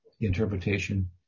interpretation